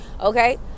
Okay